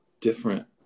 different